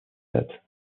date